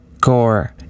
Gore